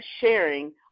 sharing